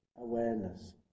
awareness